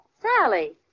Sally